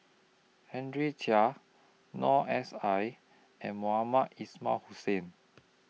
Henry Chia Noor S I and Mohamed Ismail Hussain